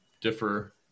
differ